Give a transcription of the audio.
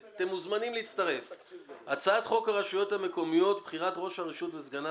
הצעת חוק הרשויות המקומיות (בחירת ראש הרשות וסגניו